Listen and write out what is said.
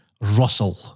Russell